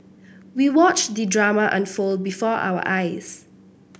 we watched the drama unfold before our eyes